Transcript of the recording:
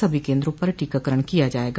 सभी केन्द्रों पर टीकाकरण किया जायेगा